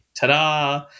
ta-da